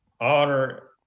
honor